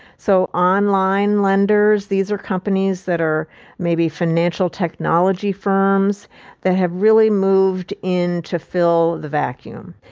so online lenders. these are companies that are maybe financial technology firms that have really moved in to fill the vacuum.